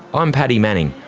i'm paddy manning.